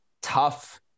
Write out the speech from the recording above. tough